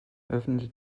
öffnete